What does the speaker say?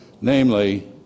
Namely